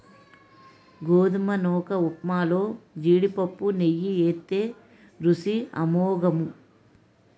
గోధుమ నూకఉప్మాలో జీడిపప్పు నెయ్యి ఏత్తే రుసి అమోఘము